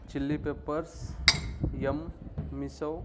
chilly peppers yum miso